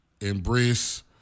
embrace